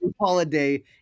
Holiday